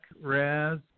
Raz